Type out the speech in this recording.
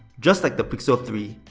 just like the pixel three,